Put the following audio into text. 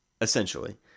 essentially